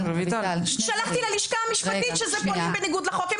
שלחתי ללשכה המשפטית שפועלים בניגוד לחוק.